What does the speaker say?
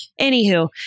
Anywho